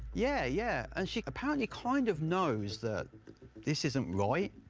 yeah, yeah. and she apparently kind of knows that this isn't right,